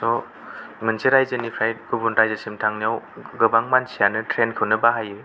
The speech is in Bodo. स' मोनसे रायजोनिफ्राय गुबुन रायजोसिम थांनायाव गोबां मानसियानो ट्रैन खौनो बाहायो